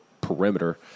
perimeter